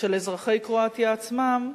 של אזרחי קרואטיה עצמם,